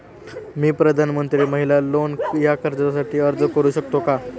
मी प्रधानमंत्री महिला लोन या कर्जासाठी अर्ज करू शकतो का?